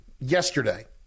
yesterday